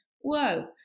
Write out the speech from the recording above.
whoa